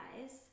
guys